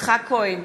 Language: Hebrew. יצחק כהן,